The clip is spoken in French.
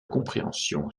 compréhension